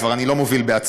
כבר אני לא מוביל בעצמי.